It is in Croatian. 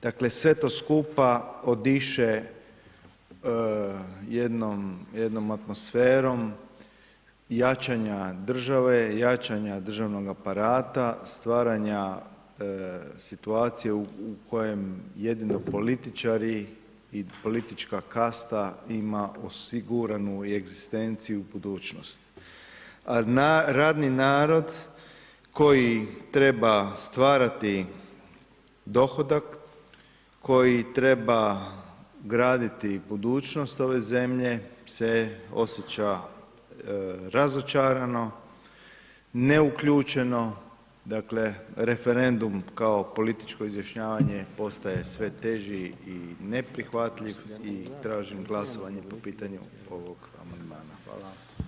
Dakle, sve to skupa odiše jednom atmosferom jačanja države, jačanja državnog aparata, stvaranja situacije u kojem jedino političari i politička kasta ima osiguranu egzistenciju i budućnost, a radni narod koji treba stvarati dohodak, koji treba graditi budućnost ove zemlje se osjeća razočarano, neuključeno, dakle, referendum kao političko izjašnjavanje postaje sve teži i neprihvatljiv i tražim glasovanje po pitanju ovog amandmana, hvala.